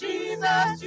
Jesus